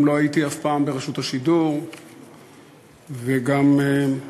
גם לא הייתי אף פעם ברשות השידור וגם